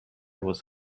was